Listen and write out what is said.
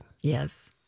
Yes